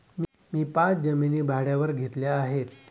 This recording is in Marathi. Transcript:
मी पाच जमिनी भाड्यावर घेतल्या आहे